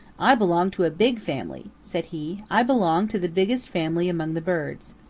i belong to a big family, said he. i belong to the biggest family among the birds.